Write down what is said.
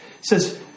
says